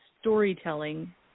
storytelling